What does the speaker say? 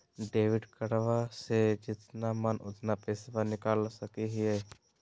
Debit कार्डबा से जितना मन उतना पेसबा निकाल सकी हय?